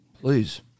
Please